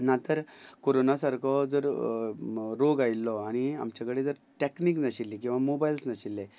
ना तर कोरोना सारको जर रोग आयिल्लो आनी आमचे कडे जर टॅक्नीक नाशिल्ली किंवां मोबायल्स नाशिल्ले